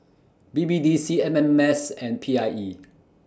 B B D C M M S and P I E